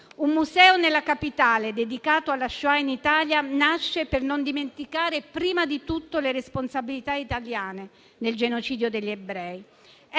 Un museo nella capitale dedicato alla Shoah in Italia nasce per non dimenticare prima di tutto le responsabilità italiane nel genocidio degli ebrei.